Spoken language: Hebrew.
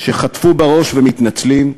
שחטפו בראש ומתנצלים,